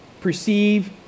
perceive